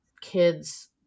kids